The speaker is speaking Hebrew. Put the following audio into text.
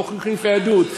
אנחנו הולכים לפי היהדות.